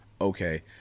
okay